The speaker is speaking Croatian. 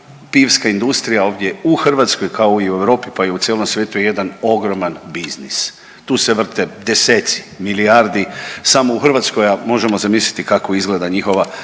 pivska industrija ovdje u Hrvatskoj, kao i u Europi, pa u cijelom svijetu je jedan ogroman biznis, tu se vrte deseci milijardi, samo u Hrvatskoj, a možemo zamisliti kako izgleda njihova